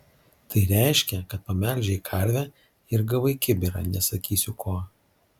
tai reiškia kad pamelžei karvę ir gavai kibirą nesakysiu ko